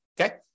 okay